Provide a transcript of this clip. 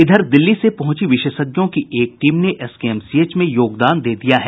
इधर दिल्ली से पहुंची विशेषज्ञों की एक टीम ने एसकेएमसीएच में योगदान दे दिया है